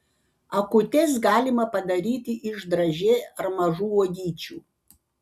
akutes galima padaryti iš dražė ar mažų uogyčių